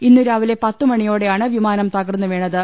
ഇന്നുരാവിലെ പത്തുമണിയോടെയാണ് വിമാനം തകർന്നുവീണത്